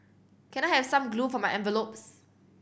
can I have some glue for my envelopes